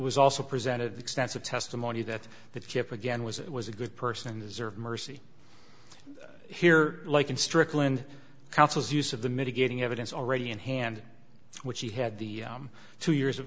was also presented extensive testimony that the chip again was it was a good person deserve mercy here like in strickland counsel's use of the mitigating evidence already in hand which he had the two years of